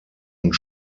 und